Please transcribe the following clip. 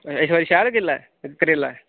अच्छा अच्छा शैल केल्ला ऐ करेला ऐ